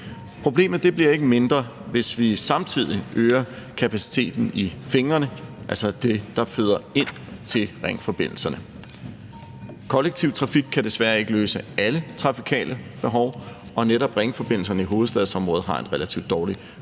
Problemet bliver ikke mindre, hvis vi samtidig øger kapaciteten i fingrene, altså dem, der føder ringforbindelserne. Kollektiv trafik kan desværre ikke løse alle trafikale behov, og netop ringforbindelserne i hovedstadsområdet har en relativt dårlig kollektiv